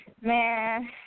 man